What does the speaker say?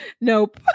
Nope